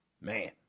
Man